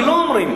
כי לא אומרים.